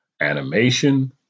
Animation